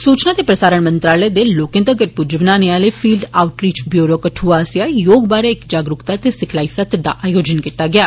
सूचना ते प्रसारण मंत्रालय दे लोकें तगर पुज्ज बनाने आले फील्ड आउटरीच ब्यूरो कठुआ आस्सेआ योग बारै इक जागरूकता ते सिखलाई सत्र दा आयोजन कीता गेआ